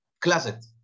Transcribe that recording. closet